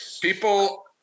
People